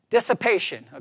Dissipation